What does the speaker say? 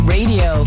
Radio